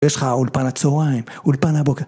יש לך אולפן הצהריים, אולפנה הבוקר